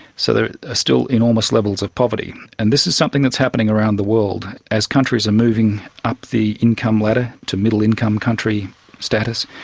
so there are ah still enormous levels of poverty. and this is something that is happening around the world. as countries are moving up the income ladder to middle income country status,